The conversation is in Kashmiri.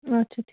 اچھا ٹھیک